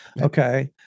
Okay